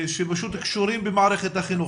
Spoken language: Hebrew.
שפשוט קשורים במערכת החינוך,